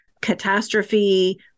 catastrophe